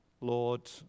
Lord